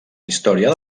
història